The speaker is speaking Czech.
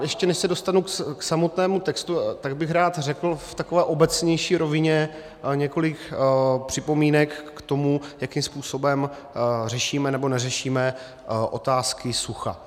Ještě než se dostanu k samotnému textu, rád bych řekl v takové obecnější rovině několik připomínek k tomu, jakým způsobem řešíme, nebo neřešíme otázky sucha.